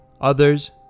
others